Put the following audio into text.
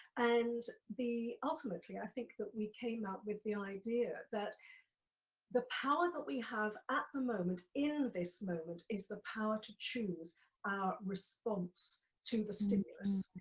and, the ultimately i think that we came up with the idea that the power that we have at the moment in this moment is the power to choose our response to the stimulus.